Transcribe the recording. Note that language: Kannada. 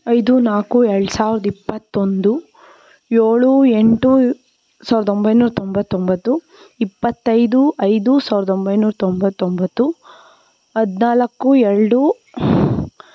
ಐದು ನಾಲ್ಕು ಎರಡು ಸಾವಿರದ ಇಪ್ಪತ್ತೊಂದು ಏಳು ಎಂಟು ಸಾವಿರದೊಂಬೈನೂರು ತೊಂಬತ್ತೊಂಬತ್ತು ಇಪ್ಪತ್ತೈದು ಐದು ಸಾವಿರದೊಂಬೈನೂರು ತೊಂಬತ್ತೊಂಬತ್ತು ಹದಿನಾಲ್ಕು ಎರಡು